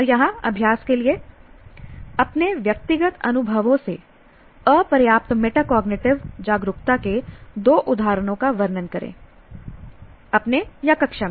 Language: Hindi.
और यहाँ अभ्यास के लिए अपने व्यक्तिगत अनुभवों से अपर्याप्त मेटाकोग्निटिव जागरूकता के दो उदाहरणों का वर्णन करें अपने या कक्षा में